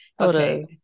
Okay